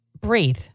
breathe